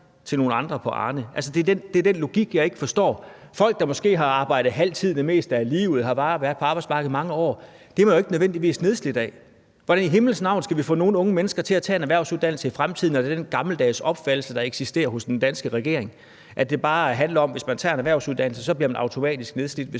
til nogle andre på Arnepension. Det er den logik, jeg ikke forstår. Folk, der måske har arbejdet på halv tid det meste af livet og bare har været på arbejdsmarkedet i mange år, er jo ikke nødvendigvis blevet nedslidt af det. Hvordan i himlens navn skal vi få nogen unge mennesker til at tage en erhvervsuddannelse i fremtiden, når det er den gammeldags opfattelse, der eksisterer hos den danske regering, altså at det bare handler om, at hvis man tager en erhvervsuddannelse, så bliver man automatisk nedslidt,